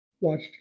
watched